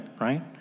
right